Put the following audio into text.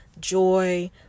joy